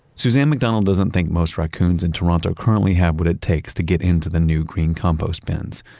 suzanne mcdonald doesn't think most raccoons in toronto currently have what it takes to get into the new green compost bins.